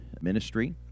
ministry